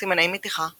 סימני מתיחה וכתמים.